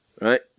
right